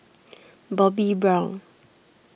Bobbi Brown